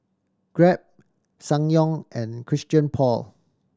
Grab Ssangyong and Christian Paul